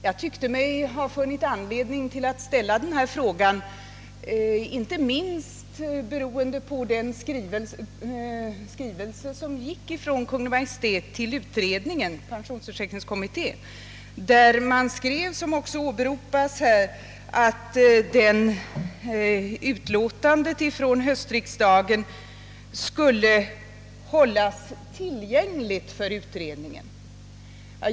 Jag tyckte att jag borde ställa denna fråga inte minst med anledning av den skrivelse från Kungl. Maj:t till pensionsförsäkringskommittén i vilken det framhölls — som också åberopats här — att utlåtandet från höstriksdagen skulle hållas tillgängligt för utredningen.